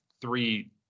three